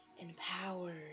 empowered